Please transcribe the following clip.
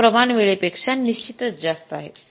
तो प्रमाण वेळेपेक्षा निश्चितच जास्त आहे